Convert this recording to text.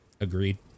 agreed